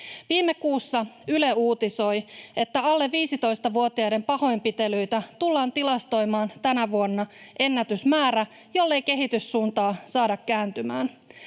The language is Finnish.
Viime kuussa Yle uutisoi, että alle 15-vuotiaiden pahoinpitelyitä tullaan tilastoimaan tänä vuonna ennätysmäärä, jollei kehityssuuntaa saada kääntymään.